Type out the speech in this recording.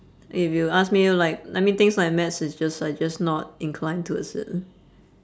if you ask me like I mean things like maths is just are just not inclined towards it